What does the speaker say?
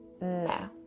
no